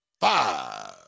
five